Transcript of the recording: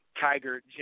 Tiger